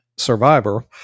survivor